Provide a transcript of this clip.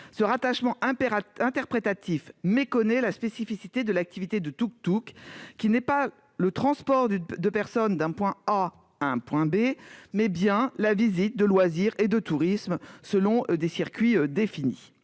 Ce rattachement interprétatif méconnaît la spécificité de l'activité de T'tuktuk?, qui est non pas le transport de personnes d'un point à un autre, mais bien la visite de loisirs et de tourisme selon des circuits définis.